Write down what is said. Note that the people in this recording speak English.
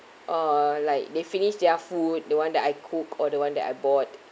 or like they finish their food the one that I cook or the one that I bought